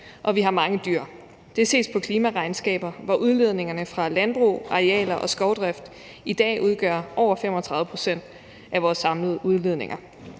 og vi har mange dyr. Det ses på klimaregnskaberne, hvor udledningerne fra landbrugsarealer og skovdrift i dag udgør over 35 pct. af vores samlede udledninger.